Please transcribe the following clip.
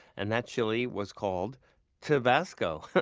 and that chile was called tabasco,